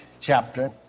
chapter